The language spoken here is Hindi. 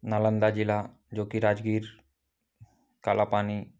नालन्दा ज़िला जोकि राज़गीर काला पानी